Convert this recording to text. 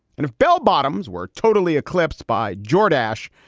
and if bellbottoms were totally eclipsed by jordache,